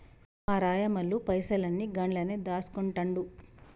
మా రాయమల్లు పైసలన్ని గండ్లనే దాస్కుంటండు